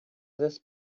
this